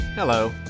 Hello